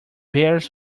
bears